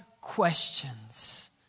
questions